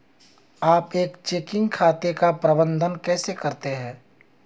आप एक चेकिंग खाते का प्रबंधन कैसे करते हैं?